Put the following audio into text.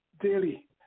daily